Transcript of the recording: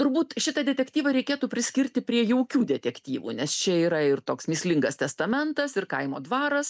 turbūt šitą detektyvą reikėtų priskirti prie jaukių detektyvų nes čia yra ir toks mįslingas testamentas ir kaimo dvaras